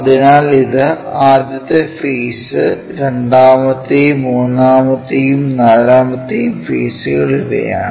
അതിനാൽ ഇത് ആദ്യത്തെ ഫെയ്സ് രണ്ടാമത്തേതും മൂന്നാമത്തെയും നാലാമത്തെയും ഫെയ്സ്കൾ ഇവയാണ്